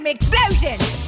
Explosions